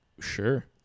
Sure